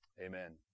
Amen